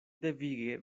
devige